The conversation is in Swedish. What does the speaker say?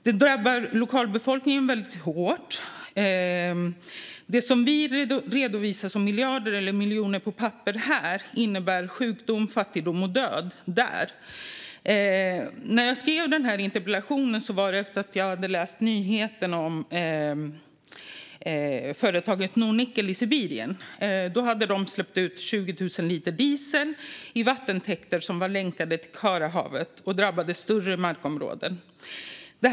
Detta drabbar lokalbefolkningen väldigt hårt. Det vi redovisar som miljarder eller miljoner på papper här innebär sjukdom, fattigdom och död där. Jag skrev denna interpellation efter att ha läst nyheten om företaget Nornickel i Sibirien. De hade släppt ut 20 000 liter diesel i vattentäkter som var länkade till Karahavet, och större markområden drabbades.